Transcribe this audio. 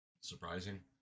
surprising